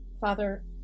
Father